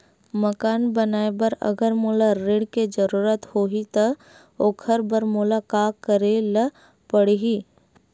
मकान बनाये बर अगर मोला ऋण के जरूरत होही त ओखर बर मोला का करे ल पड़हि?